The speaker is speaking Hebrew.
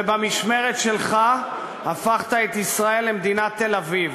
ובמשמרת שלך הפכת את ישראל למדינת תל-אביב.